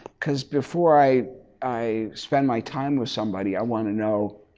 because before i i spend my time with somebody i want to know